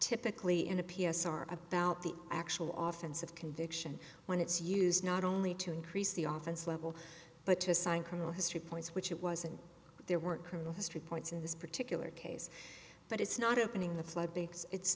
typically in a p s r about the actual often said conviction when it's used not only to increase the office level but to assign criminal history points which it wasn't there weren't criminal history points in this particular case but it's not opening the floodgates it's